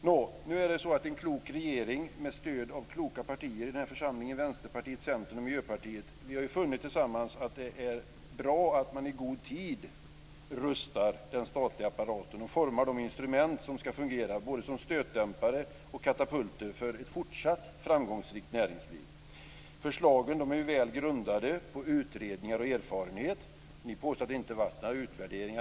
Nå, nu är det så att en klok regering med stöd av kloka partier i den här församlingen - Vänsterpartiet, Centern och Miljöpartiet - tillsammans har funnit att det är bra att i god tid rusta den statliga apparaten och forma de instrument som ska fungera som både stötdämpare och katapulter för ett fortsatt framgångsrikt näringsliv. Förslagen är väl grundade på utredningar och erfarenhet. Ni påstår att det inte har gjorts några utvärderingar.